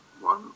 one